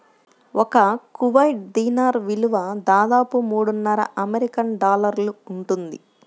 ఒక Kuwait dinar విలువ దాదాపు మూడున్నర అమెరికన్ డాలర్లు ఉంటుంది